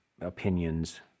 opinions